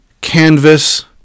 canvas